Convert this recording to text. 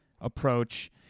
approach